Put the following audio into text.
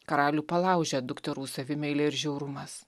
karalių palaužia dukterų savimeilė ir žiaurumas